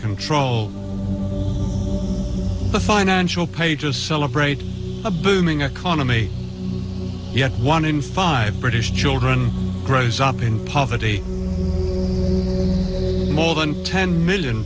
control the financial pages celebrate a booming economy yet one in five british children grows up in poverty more than ten million